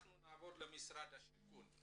נעבור למשרד השיכון.